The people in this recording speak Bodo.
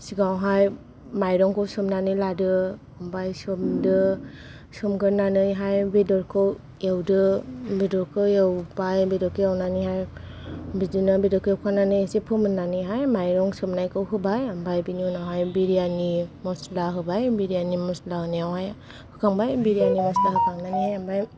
सिगाङावहाय मायरंखौ सोमनानै लादो ओमफ्राय सोमदो सोमग्रोनानैहाय बेदरखौ एवदो बेदरखौ एवबाय बेदरखौ एवनानैहाय बिदिनो बेदरखौ एवखांनानै फोमोननानैहाय मायरं सोमनायखौ होबाय ओमफ्राय बेनि उनावहाय बिरियानि मसला होबाय बिरियानि मसला होनायावहाय होखांबाय बिरयानि मसला होखांनानै आमफाय